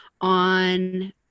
on